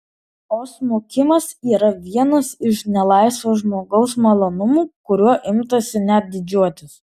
o smukimas yra vienas iš nelaisvo žmogaus malonumų kuriuo imtasi net didžiuotis